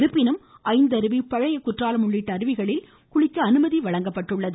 இருப்பினும் ஐந்தருவி பழைய குற்றாலம் உள்ளிட்ட அருவிகளில் குளிக்க அனுமதிக்கப்பட்டுள்ளது